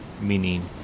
meaning